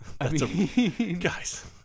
guys